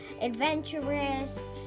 Adventurous